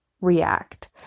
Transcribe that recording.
react